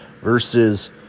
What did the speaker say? versus